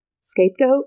scapegoat